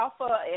alpha